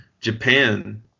Japan